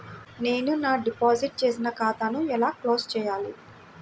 నేను నా డిపాజిట్ చేసిన ఖాతాను ఎలా క్లోజ్ చేయాలి?